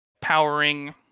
powering